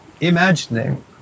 Imagining